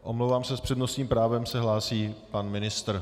Omlouvám se, s přednostním právem se hlásí pan ministr.